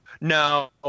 No